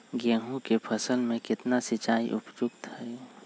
गेंहू के फसल में केतना सिंचाई उपयुक्त हाइ?